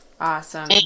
Awesome